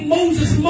Moses